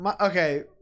Okay